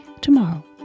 tomorrow